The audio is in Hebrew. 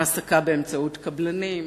העסקה באמצעות קבלנים,